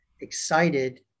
excited